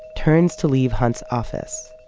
turns to leave hunt's office,